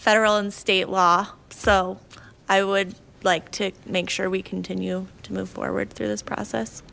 federal and state law so i would like to make sure we continue to move forward through this process